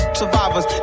survivors